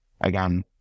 again